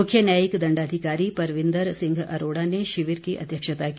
मुख्य न्यायिक दण्डाधिकारी परविन्दर सिंह अरोड़ा ने शिविर की अध्यक्षता की